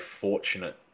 fortunate